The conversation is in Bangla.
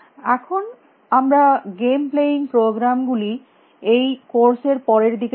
এখন আমরা গেম প্লেয়িং প্রোগ্রাম গুলি এই কোর্স এর পরের দিকে দেখব